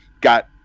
got